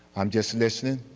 i'm just listening.